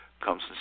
comes